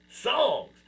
Songs